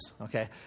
okay